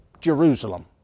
Jerusalem